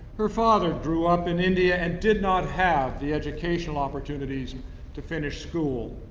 her father grew up in india and did not have the educational opportunities to finish school.